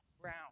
Brown